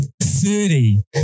thirty